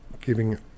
giving